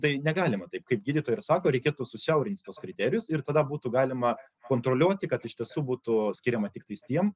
tai negalima taip kaip gydytojai ir sako reikėtų susiaurint tuos kriterijus ir tada būtų galima kontroliuoti kad iš tiesų būtų skiriama tik tais tiem